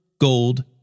gold